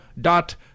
dot